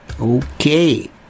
Okay